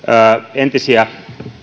entisiä